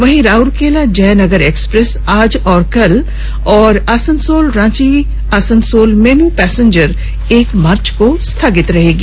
वहीं राउरकेला जयनगर एक्सप्रेस आज और कल और आसनसोल रांची आसनसोल मेमू पैसेंजर एक मार्च को स्थगित रहेगी